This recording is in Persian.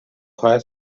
هایت